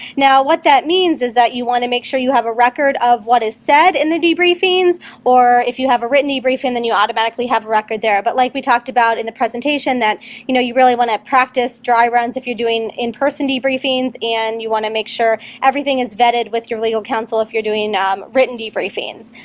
what that means is you want to make sure you have a record of what is said in the debriefings or if you have a written debriefings, and you automatically have a record there. but like we talked about in the presentation that you know you really want to practice dry runs if you're doing in-person debriefings. and you want to make sure everything is vetted with your legal counsel if you're doing um written debriefings.